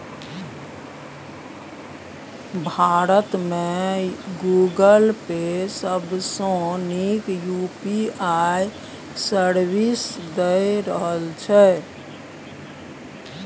भारत मे Google Pay सबसँ नीक यु.पी.आइ सर्विस दए रहल छै